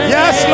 Yes